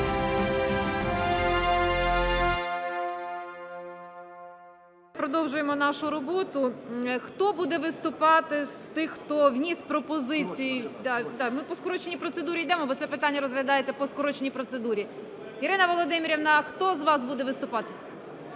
продовжуємо нашу роботу. Хто буде виступати з тих, хто вніс пропозиції? Да, ми по скороченій процедурі йдемо, бо це питання розглядається по скороченій процедурі. Ірина Володимирівна, хто з вас буде виступати?